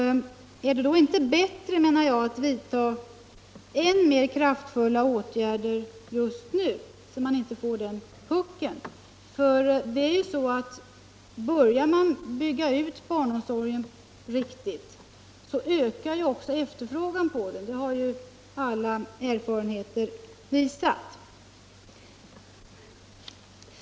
Är det då inte bättre, menar jag, att vidta än mer kraftfulla åtgärder just nu, så att man inte får den puckeln? Börjar man bygga ut barnomsorgen riktigt ökar också efterfrågan på den. Det har alla erfarenheter visat.